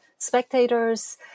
spectators